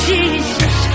Jesus